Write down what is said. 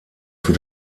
für